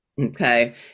Okay